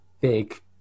big